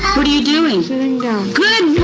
what are you doing? sitting down. good